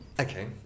Okay